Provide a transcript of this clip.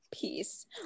peace